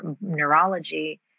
neurology